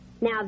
Now